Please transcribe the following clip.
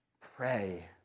pray